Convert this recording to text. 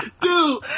dude